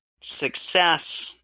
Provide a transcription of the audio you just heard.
Success